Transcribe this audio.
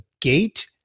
gate